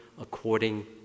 according